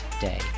day